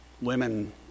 women